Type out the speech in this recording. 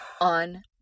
on